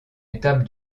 étape